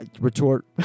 retort